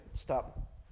stop